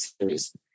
series